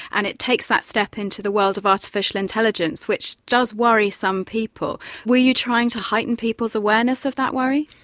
and it takes that step into the world of artificial intelligence which does worry some people. were you trying to heighten people's awareness of that worry?